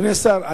אדוני השר,